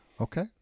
Okay